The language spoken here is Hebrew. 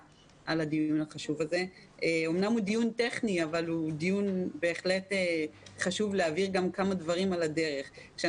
הדיון הזה טכני אבל חשוב כדי להבהיר כמה דברים על הדרך.